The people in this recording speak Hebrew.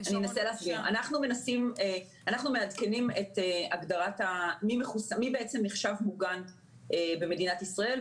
אנחנו מעדכנים את הגדרת מי נחשב מוגן במדינת ישראל,